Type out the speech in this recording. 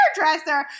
hairdresser